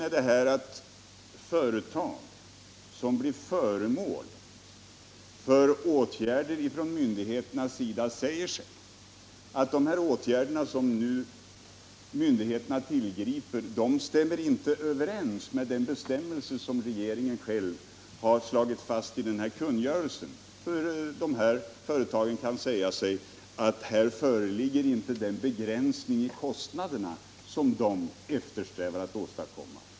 Jo, risken är att företag som blir föremål för åtgärder från myndigheternas sida säger sig, att de åtgärder som myndigheterna tillgriper inte stämmer överens med den bestämmelse som regeringen själv har slagit fast i den här kungörelsen. Dessa företag kan ju säga sig att här föreligger inte den begränsning av kostnaderna söm de nya bestämmelserna eftersträvar att åstadkomma.